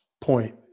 point